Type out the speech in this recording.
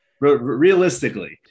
Realistically